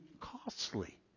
costly